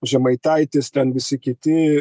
žemaitaitis ten visi kiti